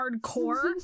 hardcore